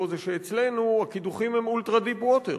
זה שאצלנו הקידוחים הם ultra-deep water,